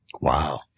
Wow